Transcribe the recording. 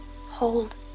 hold